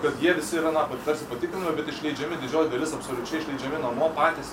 kad jie visi yra na tarsi patikinami bet išleidžiami didžioji dalis absoliučiai išleidžiami namo patys